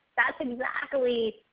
that's exactly,